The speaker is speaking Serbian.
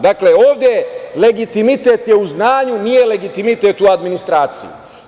Dakle, ovde legitimitet je u znanju, nije legitimitet u administraciji.